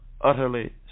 utterly